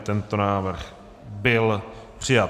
Tento návrh byl přijat.